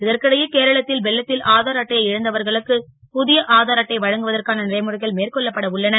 இதற்கிடையே கேரளத் ல் வெள்ளத் ல் ஆதார் அட்டையை இழந்தவர்களுக்கு பு ய ஆதார் அட்டை வழங்குவதற்கான நடைமுறைகள் மேற்கொள்ளப்பட உள்ளன